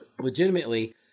legitimately